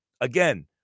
Again